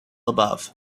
above